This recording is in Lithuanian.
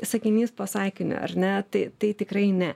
sakinys po sakinio ar ne tai tai tikrai ne